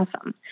awesome